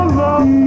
love